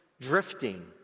drifting